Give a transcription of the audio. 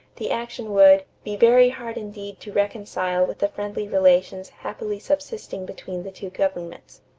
the action would be very hard indeed to reconcile with the friendly relations happily subsisting between the two governments.